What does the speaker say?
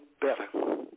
better